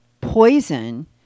poison